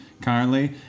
currently